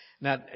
now